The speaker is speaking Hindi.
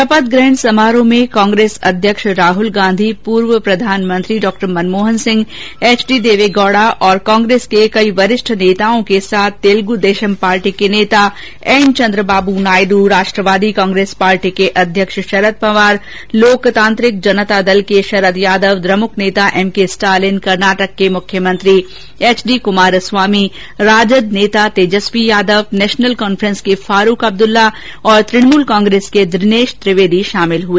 शपथ ग्रहण समारोह में कांग्रेस अध्यक्ष राहुल गांधी पूर्व प्रधानमंत्री Dr Manmohan Singh H D Deve Gowda और कांग्रेस के कई वरिष्ठ नेताओं के साथ तेलुगू देशम पार्टी के नेता एन चंद्रबाबू नायडू राष्ट्रवादी कांग्रेस पार्टी के अध्यक्ष शरद पवार लोकतांत्रिक जनता दल के शरद यादव द्रमुक नेता एमके स्टालिन कर्नाटक के मुख्यमंत्री एचडी कुमारस्वामी राजद नेता तेजस्वी यादव नेशनल कांफ्रेंस के फारूक अब्दुल्ला और तृणमूल कांग्रेस के दिनेश त्रिवेदी शामिल हुए